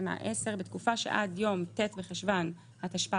תקנה 10. בתקופה שעד יום ט' בחשון התשפ"ב,